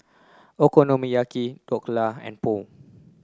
Okonomiyaki Dhokla and Pho